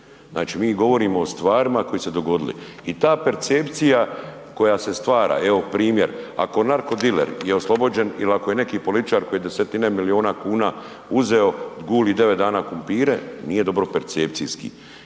Znači mi govorimo o stvarima koje su se dogodile i ta percepcija koja se stvara, evo primjer, ako narko diler je oslobođen ili ako je neki političar koji desetine milijuna kuna uzeo, guli 9 dana krumpire, nije dobro percepcijski.